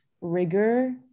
rigor